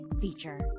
feature